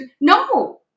no